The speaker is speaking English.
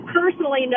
personally